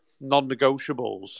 non-negotiables